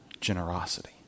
generosity